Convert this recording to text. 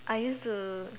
I used to